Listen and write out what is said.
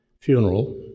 funeral